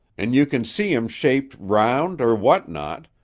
an' you can see em shaped round or what not,